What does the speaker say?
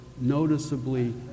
noticeably